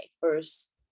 first